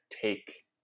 take